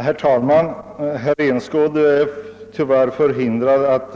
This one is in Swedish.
Herr talman! Herr Enskog är tyvärr förhindrad att